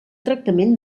tractament